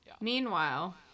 meanwhile